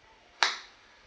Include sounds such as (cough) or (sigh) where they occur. (noise)